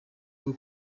bwo